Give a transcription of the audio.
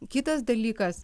kitas dalykas